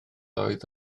oedd